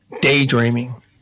daydreaming